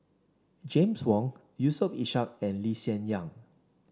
James Wong Yusof Ishak and Lee Hsien Yang